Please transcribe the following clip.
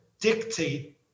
dictate